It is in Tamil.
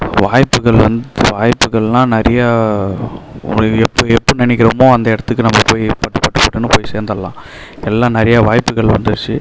வாய்ப்புகள் வந்து வாய்ப்புகள்லாம் நிறைய எப்போ எப்போ நினக்கிறோமோ அந்த இடத்துக்கு நம்ம போய் பட்டு பட்டு பட்டுன்னு நம்ம சேர்ந்துடலாம் எல்லாம் நிறைய வாய்ப்புகள் வந்துடுச்சு